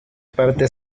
parte